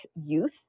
youth